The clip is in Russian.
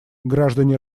граждане